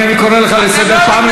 אני גאה על כל ההעברות.